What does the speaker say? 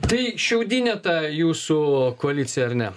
tai šiaudinė ta jūsų koalicija ar ne